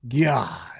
God